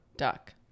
Duck